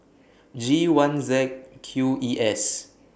G one Z Q E S